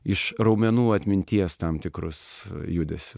iš raumenų atminties tam tikrus judesius